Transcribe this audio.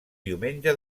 diumenge